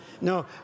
No